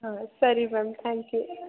ಹಾಂ ಸರಿ ma'am thank you